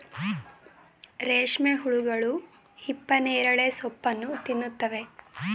ರೇಷ್ಮೆ ಹುಳುಗಳು ಹಿಪ್ಪನೇರಳೆ ಸೋಪ್ಪನ್ನು ತಿನ್ನುತ್ತವೆ